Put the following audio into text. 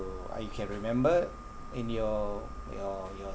ah you can remember in your your your